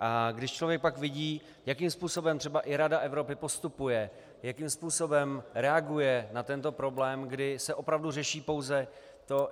A když člověk pak vidí, jakým způsobem třeba i Rada Evropy postupuje, jakým způsobem reaguje na tento problém, kdy se opravdu řeší pouze to,